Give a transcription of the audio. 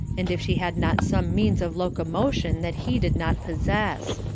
and if she had not some means of locomotion that he did not possess.